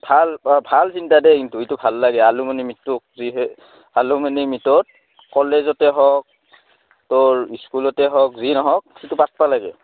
ভাল অঁ ভাল চিন্তা দেই কিন্তু এইটো ভাল লাগে এলুমিনি মিটোক যি সেই এলুমিনি মিটত কলেজতে হওক ত'ৰ স্কুলতে হওক যি নহওক সেইটো পাতবা লাগে